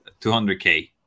200K